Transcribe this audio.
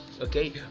Okay